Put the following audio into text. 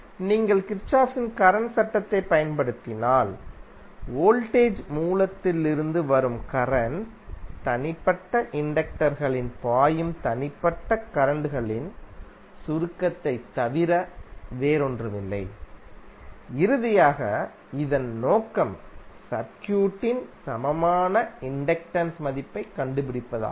நீங்கள் கிர்ச்சோஃப்பின் கரண்ட் சட்டத்தைப் பயன்படுத்தினால் வோல்டேஜ் மூலத்திலிருந்து வரும் கரண்ட் தனிப்பட்ட இண்டக்டர் களில் பாயும் தனிப்பட்ட கரண்ட் களின் சுருக்கத்தைத் தவிர வேறொன்றுமில்லை இறுதியாக இதன் நோக்கம் சர்க்யூட்டின் சமமான இண்டக்டன்ஸ் மதிப்பைக் கண்டுபிடிப்பதாகும்